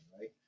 right